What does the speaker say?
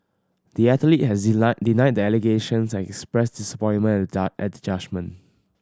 the athlete has denied the allegations and expressed disappointment at the judgment